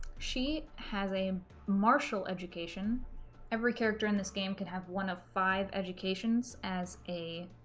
she has a martial education every character in this game could have one of five educations as a